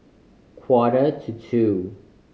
quarter to two